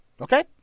Okay